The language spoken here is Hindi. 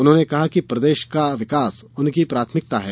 उन्होंने कहा कि प्रदेश का विकास उनकी प्राथमिकता है